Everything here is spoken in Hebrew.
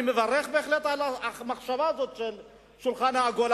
אני מברך בהחלט על המחשבה של השולחן העגול,